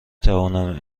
توانم